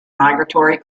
migratory